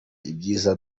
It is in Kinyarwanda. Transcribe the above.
ibyiza